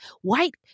white